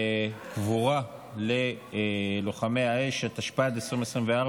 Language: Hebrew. קבורה ללוחמי האש), התשפ"ד 2023,